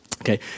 Okay